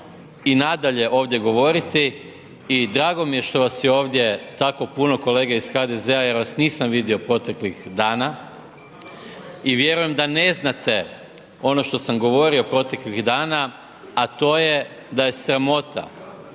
i nadalje ovdje govoriti i drago mi je što vas je ovdje tako puno kolege iz HDZ-a jer vas nisam vidio proteklih dana i vjerujem da ne znate ono što sam govorio proteklih dana, a to je da je sramota